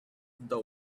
the